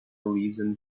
reason